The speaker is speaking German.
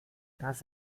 das